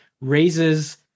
raises